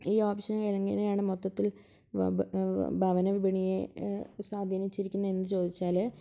ഈ ഓപ്ഷനുകൾ എങ്ങനെയാണ് മൊത്തത്തിൽ ഭ ഭവന വിപണിയെ ഏ സ്വാധിനിച്ചിരിക്കുന്നത് എന്ന് ചോദിച്ചാൽ